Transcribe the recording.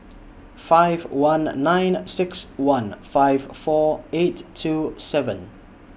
five one nine six one five four eight two seven